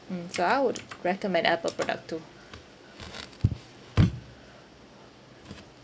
mm so I would recommend Apple product too